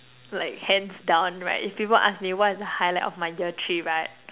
like hands down right if people ask me what's the highlight of my year three right